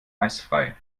eisfrei